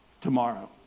tomorrow